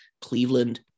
Cleveland